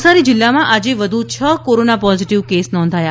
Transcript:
નવસારી જીલ્લામાં આજે વધુ છ કોરોના પોઝીટીવ કેસ નોંધાયા